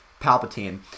Palpatine